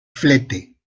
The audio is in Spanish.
flete